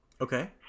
okay